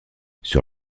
sur